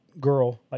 girl